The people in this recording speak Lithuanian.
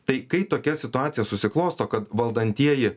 tai kai tokia situacija susiklosto kad valdantieji